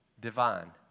Divine